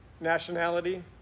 nationality